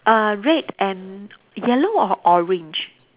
err red and yellow or orange